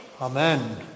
Amen